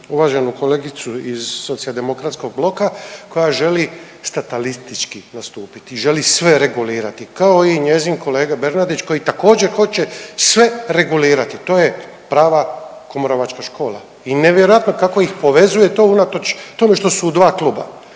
uvaženu kolegicu iz Socijaldemokratskog bloka koja želi statalistički nastupiti i želi sve regulirati, kao i njezin kolega Bernardić koji također hoće sve regulirati. To je prava kumrovačka škola i nevjerojatno kako ih povezuje to unatoč tome što su u dva kluba,